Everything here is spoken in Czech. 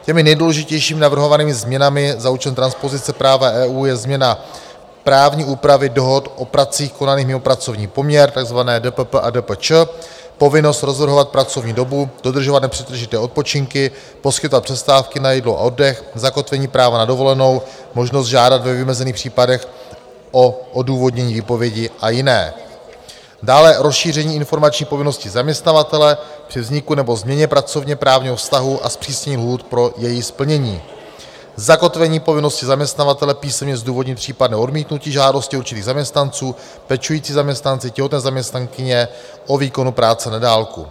Těmi nejdůležitějším navrhovanými změnami za účelem transpozice práva EU je změna právní úpravy dohod o pracích konaných mimo pracovní poměr, takzvané DPP a DPČ, povinnost rozvrhovat pracovní dobu, dodržovat nepřetržité odpočinky, poskytovat přestávky na jídlo a oddech, zakotvení práva na dovolenou, možnost žádat ve vymezených případech o odůvodnění výpovědi a jiné, dále rozšíření informační povinnosti zaměstnavatele při vzniku nebo změně pracovněprávního vztahu a zpřísnění lhůt pro jejich splnění, zakotvení povinnosti zaměstnavatele písemně zdůvodnit případné odmítnutí žádosti určitých zaměstnanců pečující zaměstnanci, těhotné zaměstnankyně o výkonu práce na dálku.